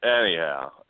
anyhow